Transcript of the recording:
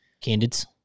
Candidates